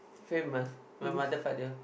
famous my mother father